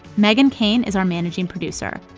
meghan keane is our managing producer.